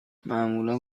معمولا